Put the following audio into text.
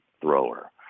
thrower